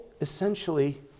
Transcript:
essentially